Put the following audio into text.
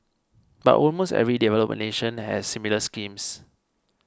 but almost every developed nation has similar schemes